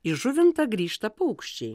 į žuvintą grįžta paukščiai